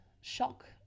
shock